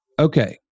okay